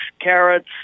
carrots